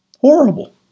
Horrible